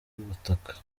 y’ubutaka